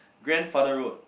grandfather road